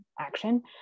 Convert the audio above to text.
action